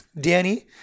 Danny